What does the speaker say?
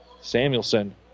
Samuelson